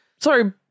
sorry